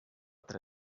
tra